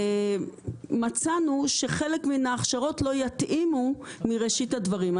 מצאנו שחלק מן ההכשרות לא יתאימו מראשית הדברים.